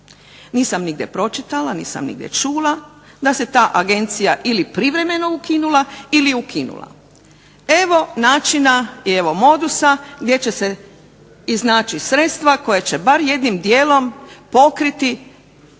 Nisam nigdje pročitala, nisam nigdje čula da se ta agencija ili privremeno ukinula ili ukinula. Evo načina i evo modusa gdje će se iznaći sredstva koja će bar jednim dijelom pokriti